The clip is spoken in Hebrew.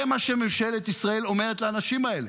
זה מה שממשלת ישראל אומרת לאנשים האלה.